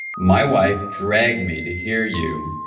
my wife dragged me to hear you